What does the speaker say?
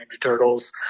Turtles